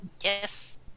Yes